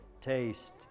taste